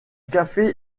café